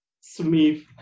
smith